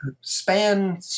span